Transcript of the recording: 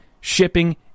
shipping